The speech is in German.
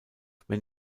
wenn